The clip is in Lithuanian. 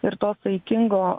ir to saikingo